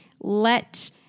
let